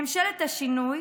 ממשלת השינוי